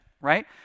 right